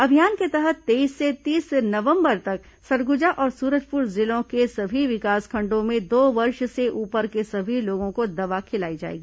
अभियान के तहत तेईस से तीस नवंबर तक सरगुजा और सूरजपुर जिलों के सभी विकासखंडों में दो वर्ष से ऊपर के सभी लोगों को दवा खिलाई जाएगी